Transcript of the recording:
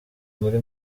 muri